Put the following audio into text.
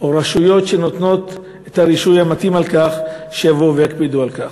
או רשויות שנותנות את הרישוי המתאים על כך שיבואו ויקפידו על כך.